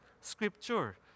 scripture